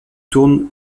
tourne